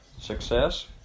success